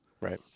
Right